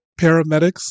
paramedics